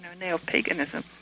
neo-paganism